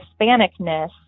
Hispanicness